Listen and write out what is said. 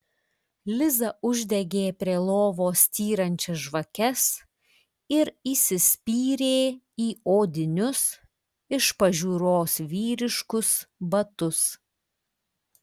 liza uždegė prie lovos styrančias žvakes ir įsispyrė į odinius iš pažiūros vyriškus batus